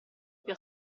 più